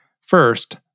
First